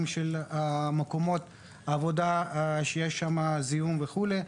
של מקומות עבודה שיש בהם זיהום וכדומה.